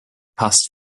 passt